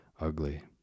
ugly